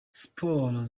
siporo